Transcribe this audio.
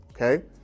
Okay